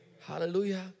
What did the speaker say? Hallelujah